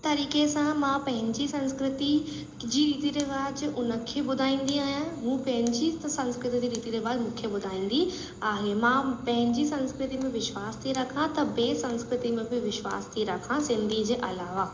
तरीक़े सां मां पंहिंजी संस्कृति जी रीती रवाज़ उन खे ॿुधाईंदी आहियां उहे पंहिंजी संस्कृति रीती रवाज़ मूंखे ॿुधाईंदी आहे मां पंहिंजी संस्कृति में विश्वास थी खा त ॿे संस्कृति में बि विश्वास थी रखा सिंधी जे अलावा